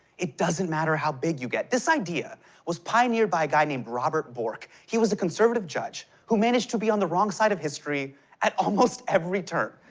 it doesn't matter how big you get. this idea was pioneered by a guy named robert bork. he was a conservative judge who managed to be on the wrong side of history at almost every turn,